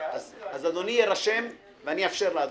שאלתי רק --- אז אדוני יירשם ואני אאפשר לאדוני,